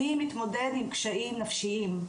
אני מתמודד עם קשיים נפשיים.